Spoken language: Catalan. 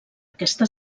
aquesta